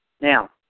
Now